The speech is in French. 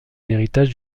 héritage